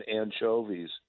anchovies